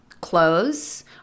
clothes